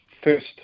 first